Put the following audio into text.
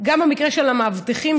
גם המקרה של המאבטחים,